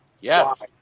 Yes